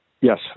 Yes